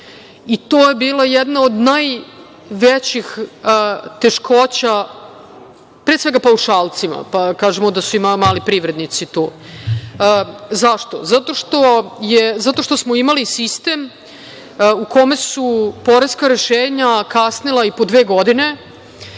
i to je bila jedna od najvećih teškoća, pre svega paušalcima, pa kažemo da su i mali privrednici tu. Zašto? Zato što smo imali sistem u kome su poreska rešenja kasnila i po dve godine,